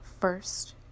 first